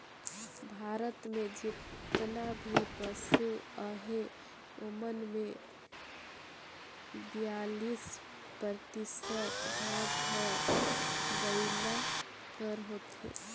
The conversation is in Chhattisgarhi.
भारत में जेतना भी पसु अहें ओमन में बियालीस परतिसत भाग हर बइला कर होथे